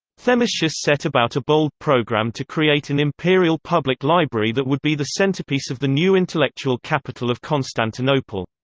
themistius set about a bold program to create an imperial public library that would be the centerpiece of the new intellectual capital of constantinople.